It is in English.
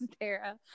Tara